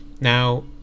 Now